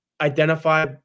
identify